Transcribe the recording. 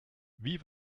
wie